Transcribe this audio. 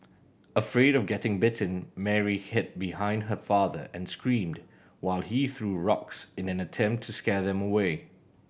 afraid of getting bitten Mary hid behind her father and screamed while he threw rocks in an attempt to scare them away